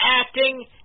acting